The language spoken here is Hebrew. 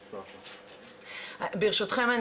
ברשותכם,